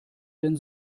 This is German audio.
denn